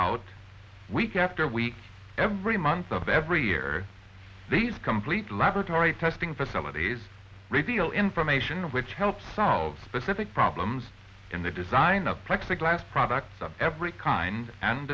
out week after every month of every year these complete laboratory testing facilities reveal information which helps solve basic problems in the design of plexiglas products of every kind and